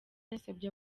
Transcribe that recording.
yasabye